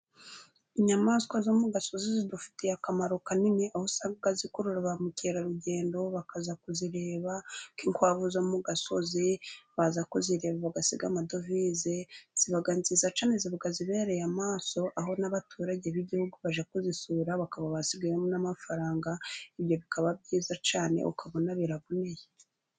Inyamaswa zo mu gasozi zidufitiye akamaro kanini, uho usanga zikurura ba mukerarugendo bakaza kuzireba, nk'inkwavu zo mu gasozi baza kuzireba bagasiga amadovize, ziba nziza cyane ziba zibereye amaso, aho n'abaturage b'igihugu bajya kuzisura bakaba basigayo n'amafaranga, ibyo bikaba byiza cyane ukabona biraboneye.